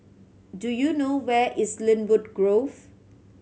do you know where is Lynwood Grove